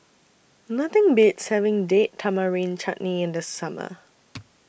Nothing Beats having Date Tamarind Chutney in The Summer